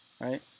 Right